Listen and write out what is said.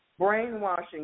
Brainwashing